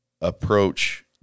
approach